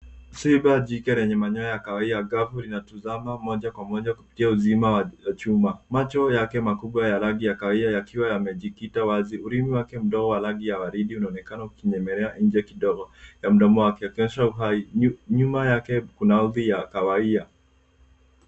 Simba jike lenye manyoya ya kahawia angavu linatizama moja kwa moja kupitia uzima wa chuma macho yake makubwa ya rangi ya kahawia yakiwa yamejikita wazi. Ulimi wake mdogo wa rangi ya ua ridi unaonekana ikinyemelea nje kidogo ya mdomo wake ikionyesha uhai. Nyuma yake kuna ardhi ya kahawia.